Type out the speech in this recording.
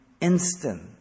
instant